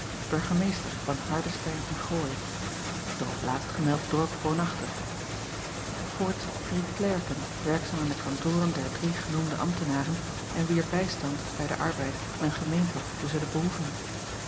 burgemeester van ardestein en rooi doch op laatstgemeld dorp woonachtig oorts drie klerken werkzaam aan de kantoren der drie genoemde ambtenaren en wier bijstand bij den arbeid men gemeend had te zullen behoeven